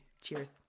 Cheers